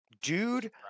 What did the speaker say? Dude